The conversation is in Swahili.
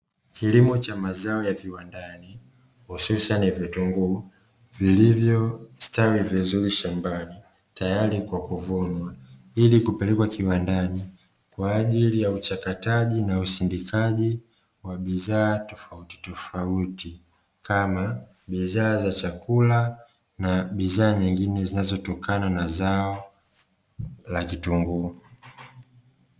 Kilimo cha mazao ya viwandani hususani vitunguu vilivyostawi vizuri shambani tayari kwa kuvunwa, Ili kupelekwa kiwandani kwa ajili ya uchakataji na usindikaji wa bidhaa tofauti tofauti kama bidhaa za chakula na bidhaa nyingine zinazotokana na zao la kitunguu .